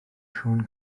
siôn